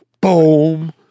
boom